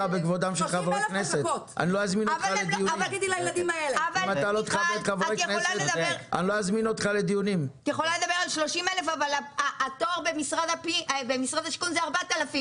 30,000. את יכולה לדבר על 30,000 אבל התור במשרד השיכון זה 4,000,